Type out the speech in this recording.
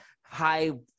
high